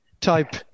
type